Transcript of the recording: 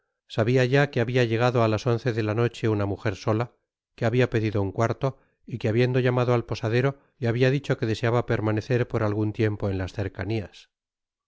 sabia ya que habia llegado á las once de la noche una mujer sola que habia pedido un cuarto y que habiendo llamado al posadero le habia dicho que deseaba permanecer por algun tiempo en las cercanias